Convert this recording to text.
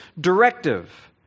directive